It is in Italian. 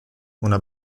una